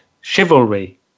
chivalry